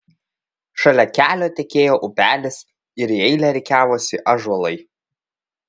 šalia kelio tekėjo upelis ir į eilę rikiavosi ąžuolai